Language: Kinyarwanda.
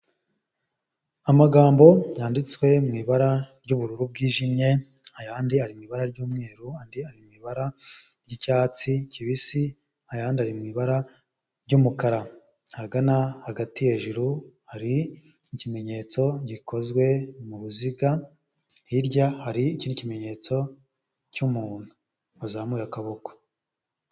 Amagambo yanditswe mu ibara ry'ubururu bwijimye, ayandi ari mu ibara ry'umweru, andi ari mu ibara ry'icyatsi kibisi, ayandi ari mu ibara ry'umukara, ahagana hagati hejuru hari ikimenyetso gikozwe mu ruziga, hirya hari ikindi kimenyetso cy'umuntu wazamuye akaboko.